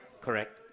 Correct